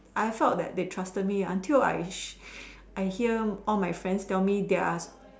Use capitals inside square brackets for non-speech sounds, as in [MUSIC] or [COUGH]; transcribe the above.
I thought that they trusted me until I [NOISE] I hear all my friends tell me they are